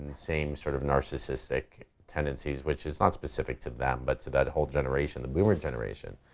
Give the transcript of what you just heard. same sort of narcissistic tendencies, which is not specific to them but to that whole generation, the boomer generation.